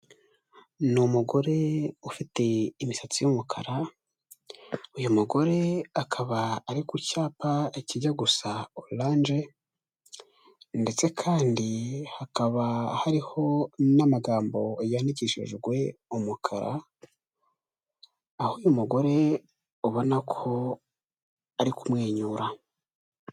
Ni umugore ufite imisatsi y'umukara, uyu mugore akaba ari ku cyapa kijya gusa oranje ndetse kandi hakaba hariho n'amagambo yandikishijwe umukara, aho uyu mugore ubona ko ari kumwenyura.